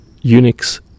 Unix